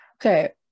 Okay